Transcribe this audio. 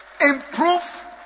Improve